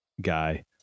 guy